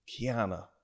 Kiana